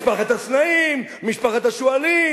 כן, משפחת הסנאים, משפחת השועלים,